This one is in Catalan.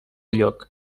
lloc